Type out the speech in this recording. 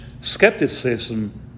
skepticism